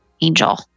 angel